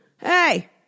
hey